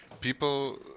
people